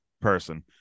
person